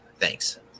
thanks